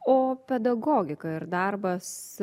o pedagogika ir darbas